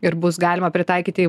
ir bus galima pritaikyti